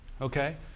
Okay